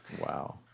wow